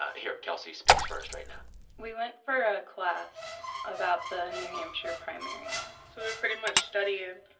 ah here, kelsie speaks first right now we went for a class about the new hampshire primary so we were pretty much studying,